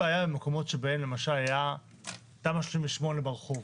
במקומות שבהם הייתה תמ"א 38 ברחוב.